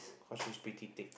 cause she's pretty thick